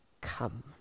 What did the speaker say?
come